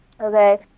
Okay